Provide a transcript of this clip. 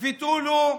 ותו לא,